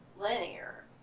linear